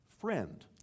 friend